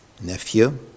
nephew